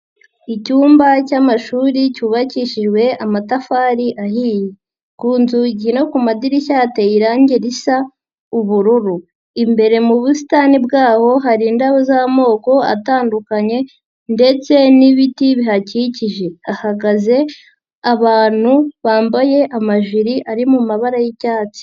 Icyumba cy'amashuri cyubakishijwe amatafari ahiye, ku nzugi no ku madirishya hateye irangi risa ubururu, imbere mu busitani bw'aho hari indabo z'amoko atandukanye ndetse n'ibiti bihakikije, hahagaze abantu bambaye amajiri ari mu mabara y'ibyatsi.